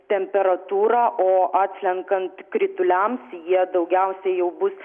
temperatūrą o atslenkant krituliams jie daugiausiai jau bus